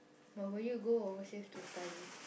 but will you go overseas to study